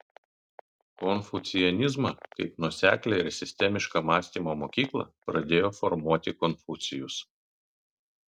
konfucianizmą kaip nuoseklią ir sistemišką mąstymo mokyklą pradėjo formuoti konfucijus